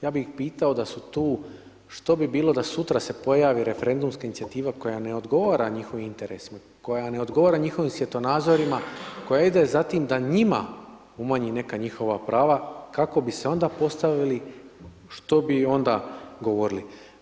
Ja bih ih pitao da su tu, što bi bilo da sutra se pojavi referendumska inicijativa koja ne odgovara njihovim interesima, koja ne odgovara njihovim svjetonazorima, koja ide za tim da njima umanji neka njihova prava, kako bi se onda postavili, što bi onda govorili.